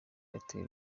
airtel